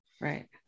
Right